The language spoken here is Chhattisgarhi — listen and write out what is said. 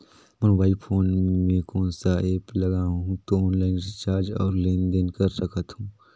मोर मोबाइल फोन मे कोन सा एप्प लगा हूं तो ऑनलाइन रिचार्ज और लेन देन कर सकत हू?